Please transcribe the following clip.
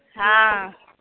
हँ